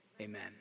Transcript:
amen